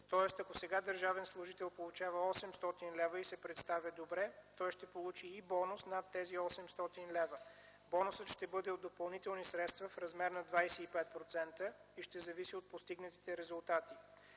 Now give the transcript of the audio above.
Тоест, ако сега държавен служител получава 800 лв. и се представя добре, той ще получи и бонус над тези 800 лв. Бонусът ще бъде от допълнителни средства в размер на 25% и ще зависи от постигнатите резултати.